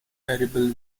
edible